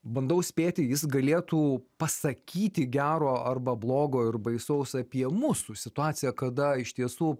bandau spėti jis galėtų pasakyti gero arba blogo ir baisaus apie mūsų situaciją kada iš tiesų